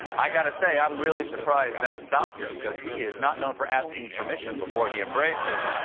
i gotta say, i'm really surprised that stopped him because he is not known for asking permission before he embraces.